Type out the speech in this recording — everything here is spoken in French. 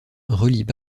relient